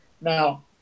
now